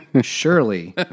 surely